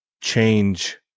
change